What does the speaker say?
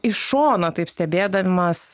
iš šono taip stebėdamas